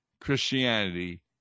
Christianity